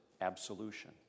absolution